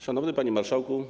Szanowny Panie Marszałku!